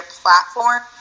platform